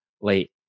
late